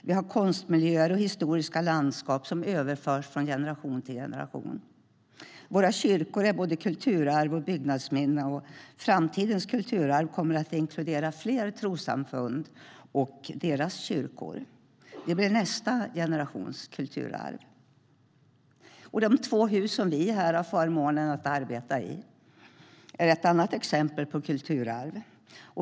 Vi har konstmiljöer och historiska landskap som överförts från generation till generation. Våra kyrkor är både kulturarv och byggnadsminnen, och framtidens kulturarv kommer att inkludera fler trossamfund och deras kyrkor. Det blir nästa generations kulturarv. De två hus som vi här har förmånen att arbeta i är ett annat exempel på kulturarv.